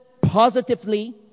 positively